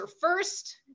first